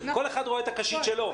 כל אחד רואה את הקשיות שלו.